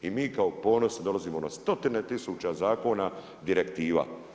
I mi kao ponosni dolazimo na stotine tisuća zakona, direktiva.